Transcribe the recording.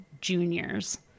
juniors